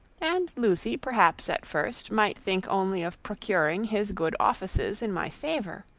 and lucy perhaps at first might think only of procuring his good offices in my favour.